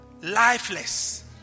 Lifeless